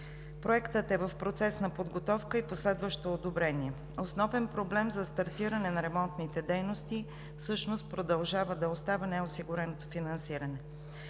Проектът е в процес на подготовка и последващо одобрение. Основен проблем за стартиране на ремонтните дейности всъщност продължава да остава неосигуреното финансиране.